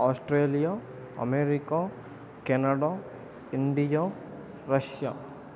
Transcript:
Australia America Canada India Russia